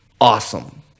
awesome